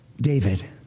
David